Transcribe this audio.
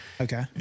Okay